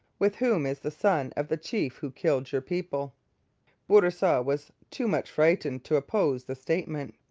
with whom is the son of the chief who killed your people bourassa was too much frightened to oppose the statement.